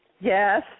Yes